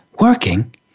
working